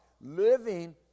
living